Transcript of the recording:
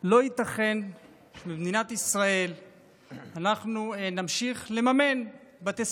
לא ייתכן שבמדינת ישראל אנחנו נמשיך לממן בתי